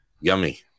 yummy